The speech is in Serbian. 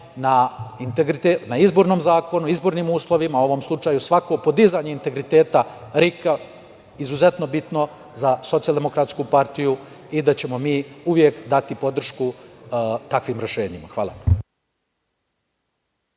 na izbornom zakonu, izbornim uslovima, u ovom slučaju svako podizanje integriteta RIK izuzetno bitno za SDPS i da ćemo mi uvek dati podršku takvim rešenjima. Hvala